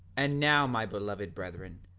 and now my beloved brethren,